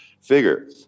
figure